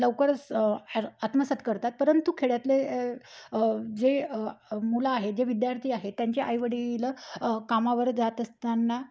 लवकरच ए आत्मसात करतात परंतु खेड्यातले जे मुलं आहे जे विद्यार्थी आहेत त्यांचे आईवडील कामावर जात असताना